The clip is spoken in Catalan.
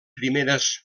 primeres